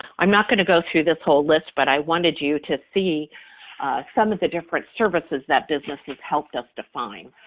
i'm not going to go through this whole list, but i wanted you to see some of the different services that businesses helped us define.